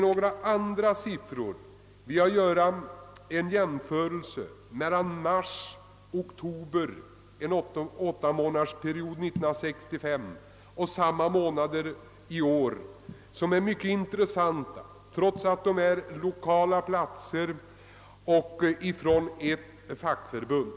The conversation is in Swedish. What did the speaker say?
Vidare vill jag göra en jämförelse mellan månaderna mars—oktober under åren 1965 och 1966 — en jämförelse som är mycket intressant trots att det är fråga om enstaka platser och endast ett fackförbund.